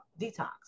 detox